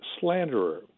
slanderer